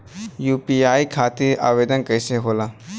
UPI खातिर आवेदन कैसे होला?